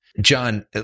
John